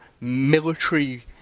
military